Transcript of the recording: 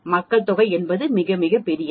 மக்கள் தொகை என்பது மிக மிகப் பெரியது